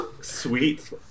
sweet